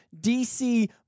DC